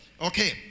Okay